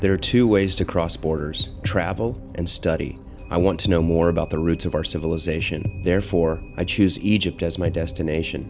there are two ways to cross borders travel and study i want to know more about the roots of our civilization therefore i choose egypt as my